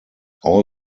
all